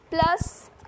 plus